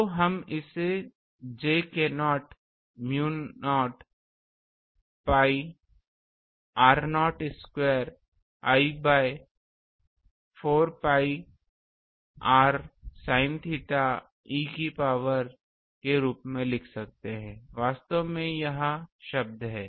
तो हम इसे j k0 mu naught pi r0 square I by 4 pi r sin theta e की power के रूप में लिख सकते हैं वास्तव में यह शब्द है